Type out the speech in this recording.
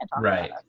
Right